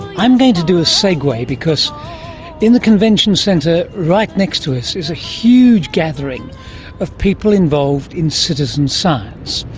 i'm going to do a segue, because in the convention centre right next to us is a huge gathering of people involved in citizen science.